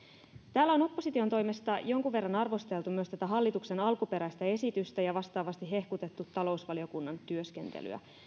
täällä on opposition toimesta jonkun verran arvosteltu myös tätä hallituksen alkuperäistä esitystä ja vastaavasti hehkutettu talousvaliokunnan työskentelyä